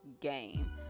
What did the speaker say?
game